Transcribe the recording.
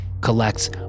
collects